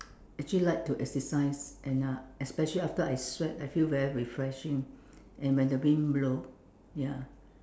actually like to exercise and uh especially after I sweat I feel very refreshing and when the wind blow ya